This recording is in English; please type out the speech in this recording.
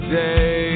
day